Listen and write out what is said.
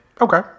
Okay